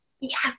Yes